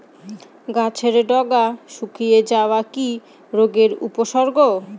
গাছের ডগা শুকিয়ে যাওয়া কি রোগের উপসর্গ?